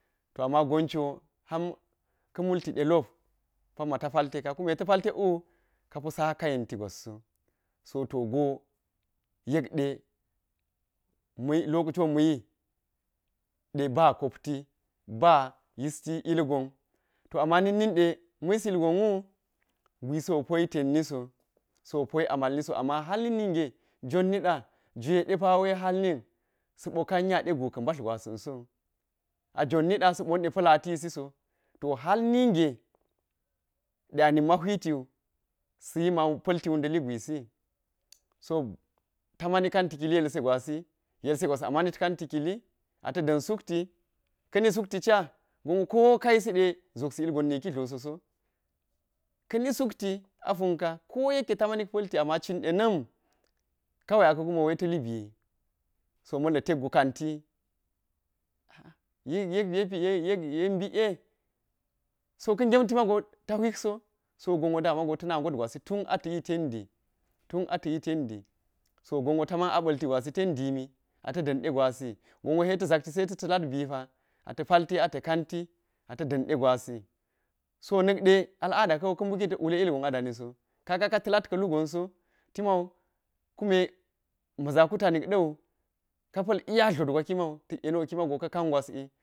To amma gon jo ha̱m ka̱ multi ɗelop, pa̱mma̱ a̱ pa̱lteka̱, kunne ta̱ pa̱lterlwu kaho sa̱ka̱ yentigwas so so into go yekɗe ma̱ lokociwo ma̱yiɗe ba̱ kopti, ba̱ yisti ilgon to amma nikninɗa̱ ma̱yis ilgomuu gwisiwo poyitenniso so poyi aa̱lniso, amma har ninninge jon nida̱ juwai ɗepa wai har nikninge sa̱po ka̱n nya gu ga mbar gwasan sowu a jon niɗa̱ sa̱pu niɗa̱ pa̱lati siso, to har ninge ɗe anikma̱ huitiwu. Sayima pa̱lti wuldalli gwisi, so ta̱ma̱ni kanti kili yelsi gwa̱si, yelsi gwa̱ ama̱nit ka̱nti kili, ata̱ da̱n sukti kani sukt ca̱, gonwo koka̱ yiside zopsi ilgon niki tloso, ka̱ni sukti apunka ko yekke ta, manik pa̱lti, amma cin denam kawa̱i aka̱ kumiyo wai ta̱li bi yi, so ma̱lla̱ tekgu ka̱ntiyi yek bika so ka̱ gemti ma̱go ta̱ huikso, so gonwo damago ta̱na̱ got gwasi tun ata̱yi tendi, tun ata̱yi tendi so gonwo ta̱ ma̱n apa̱lti gwasi tenɗimi ata̱ ɗanɗe gwasi, gonwo ata̱ zakti zai sa̱ ta̱la̱t bipa̱, ata̱ pa̱lte ata̱ ka̱nti, ata̱ ɗanɗe gwa̱si. So na̱kde al'aɗa ka̱wu ka̱ buki ta̱k idute ilgon a̱ ɗaniso, ka̱ga̱ ka̱ ta̱la̱t kalu gonso, tima̱u kuma ma̱za̱kuta̱ nikɗau apa̱l iya̱ tlot gwa̱ kima̱u ta̱k yeniwo kimau ka̱ ka̱n gwa̱si.